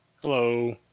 Hello